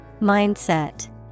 Mindset